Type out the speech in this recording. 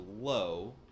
low